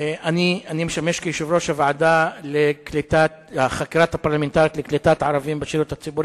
כמו כן, ישראל שואפת להתקבל כחברה מלאה ב-OECD.